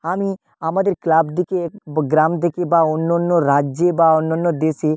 আমি আমাদের ক্লাব থেকে গ্রাম থেকে বা অন্য অন্য রাজ্যে বা অন্য অন্য দেশে